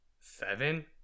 seven